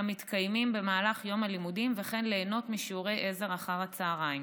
המתקיימים במהלך יום הלימודים וכן ליהנות משיעורי עזר אחר הצוהריים.